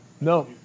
No